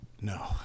No